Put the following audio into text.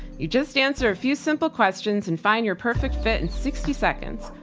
you just answer a few simple questions and find your perfect fit in sixty seconds.